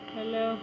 Hello